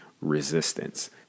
resistance